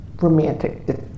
romantic